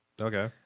Okay